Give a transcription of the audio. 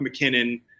McKinnon